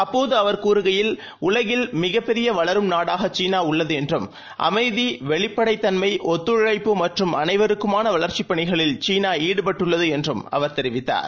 அப்போதுஅவர்கூறுகையில் உலகில்மிகப்பெரியவளரும்நாடாகசீனாஉள்ளதுஎன்றும் வெளிப்படைத்தன்மை அமைதி ஒத்துழைப்புமற்றும்அனைவருக்குமானவளர்ச்சிப்பணிகளில்சீனாஈடுபட்டுள்ளதுஎன்றும்அவ ர்தெரிவித்தார்